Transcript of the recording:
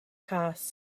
cas